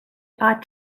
are